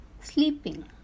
sleeping